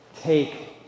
Take